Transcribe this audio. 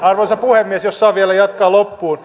arvoisa puhemies jos saan vielä jatkaa loppuun